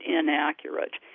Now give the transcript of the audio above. inaccurate